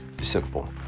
simple